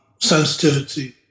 sensitivity